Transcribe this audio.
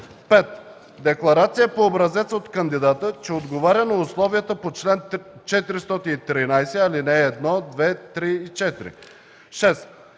5. декларация по образец от кандидата, че отговаря на условията по чл. 413, ал. 1, 2, 3 и 4; 6.